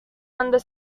under